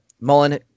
Mullen